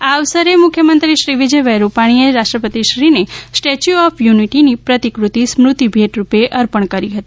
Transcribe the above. આ અવસરે મુખ્યમંત્રી શ્રી વિજયભાઇ રૂપાણીએ રાષ્ટ્રપતિશ્રીને સ્ટેચ્યુ ઓફ યુનિટીની પ્રતિફતિ સ્મૃતિ ભેટ રૂપે અર્પણ કરી હતી